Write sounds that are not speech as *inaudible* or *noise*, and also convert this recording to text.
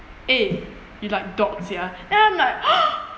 eh you like dog sia and I'm like *noise*